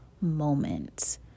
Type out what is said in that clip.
moment